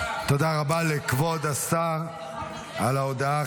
תודה רבה לכבוד השר על ההודעה.